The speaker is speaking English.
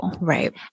Right